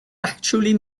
actually